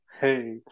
Hey